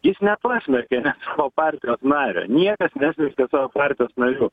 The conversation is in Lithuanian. jis nepasmerkė savo partijos nario niekas nesmerkia savo partijos narių